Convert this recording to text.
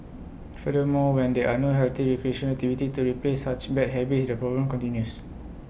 furthermore when there are no healthy recreational activities to replace such bad habits the problem continues